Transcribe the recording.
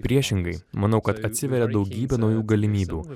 priešingai manau kad atsiveria daugybė naujų galimybių